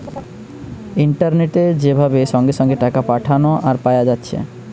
ইন্টারনেটে যে ভাবে সঙ্গে সঙ্গে টাকা পাঠানা আর পায়া যাচ্ছে